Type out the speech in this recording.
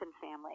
family